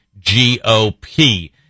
GOP